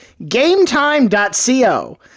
gametime.co